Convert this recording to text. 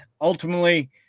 ultimately